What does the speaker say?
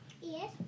Yes